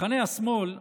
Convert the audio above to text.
מחנה השמאל,